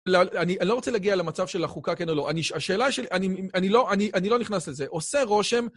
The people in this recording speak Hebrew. אני לא רוצה להגיע למצב של החוקה, כן או לא. השאלה היא של... אנ... אנ... אני לא... אני לא נכנס לזה. עושה רושם.